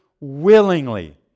willingly